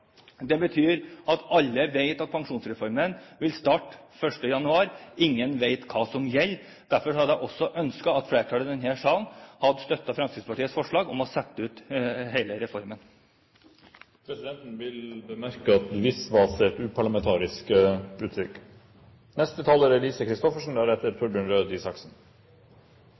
Det betyr at alle vet at pensjonsreformen vil starte 1. januar, men ingen vet hva som gjelder. Derfor hadde jeg ønsket at flertallet i denne salen hadde støttet Fremskrittspartiets forslag om å utsette hele reformen. Presidenten vil bemerke at «visvas» er et uparlamentarisk uttrykk. Regjeringen har et hovedmål om arbeid til alle. Høy sysselsetting sikrer velferd, reduserer sosiale forskjeller og fattigdom. Blant en del innvandrergrupper er